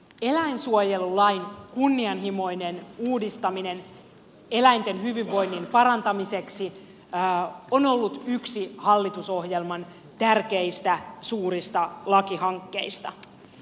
eläinsuojelulain kunnianhimoinen uudistaminen eläinten hyvinvoinnin parantamiseksi on ollut yksi hallitusohjelman tärkeistä suurista lakihankkeista